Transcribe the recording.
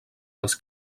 dels